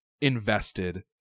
invested